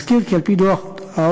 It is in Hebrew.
נזכיר כי על-פי דוח ה-OECD,